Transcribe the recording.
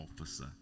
officer